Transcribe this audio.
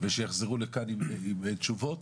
שיחזרו לכאן עם תשובות.